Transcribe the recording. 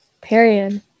period